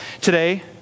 today